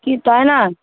কি তাই না